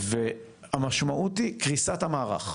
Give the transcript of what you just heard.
והמשמעות היא קריסת המערך.